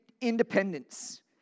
Independence